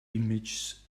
images